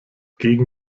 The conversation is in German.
gegen